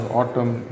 autumn